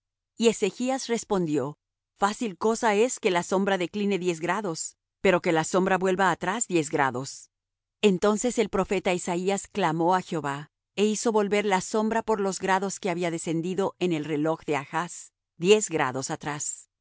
y ezechas respondió fácil cosa es que la sombra decline diez grados pero que la sombra vuelva atrás diez grados entonces el profeta isaías clamó á jehová é hizo volver la sombra por los grados que había descendido en el reloj de achz diez grados atrás